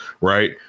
Right